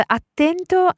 attento